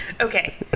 Okay